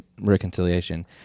reconciliation